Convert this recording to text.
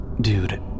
Dude